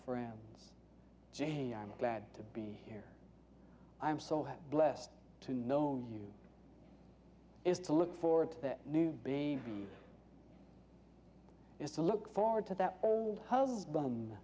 around jamie i'm glad to be here i'm so blessed to know you is to look forward to that new be is to look forward to that old husband